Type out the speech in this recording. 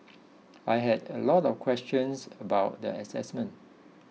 I had a lot of questions about the assessment